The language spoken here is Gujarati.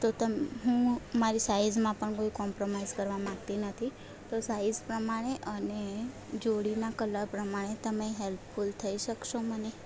તો હું મારી સાઇઝમાં પણ કોઈ કોમ્પ્રોમાઇઝ કરવા માંગતી નથી તો સાઈઝ પ્રમાણે અને જોડીના કલર પ્રમાણે તમે હેલ્પફૂલ થઈ શકશો મને